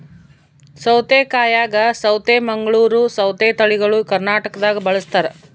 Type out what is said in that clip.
ಸೌತೆಕಾಯಾಗ ಸೌತೆ ಮಂಗಳೂರ್ ಸೌತೆ ತಳಿಗಳು ಕರ್ನಾಟಕದಾಗ ಬಳಸ್ತಾರ